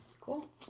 Cool